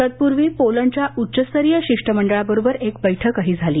तत्पूर्वी पोलंडच्या उच्चस्तरीय शिष्टमंडळाबरोबर एक बैठकही झाली